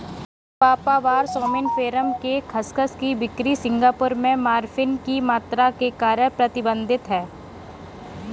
papaver सोम्निफेरम के खसखस की बिक्री सिंगापुर में मॉर्फिन की मात्रा के कारण प्रतिबंधित है